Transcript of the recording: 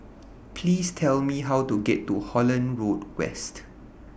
Please Tell Me How to get to Holland Road West